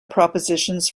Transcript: propositions